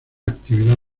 actividad